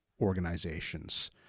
organizations